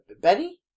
Benny